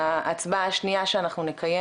ההצבעה השנייה שאנחנו נקיים,